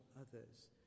others